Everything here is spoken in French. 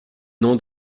nom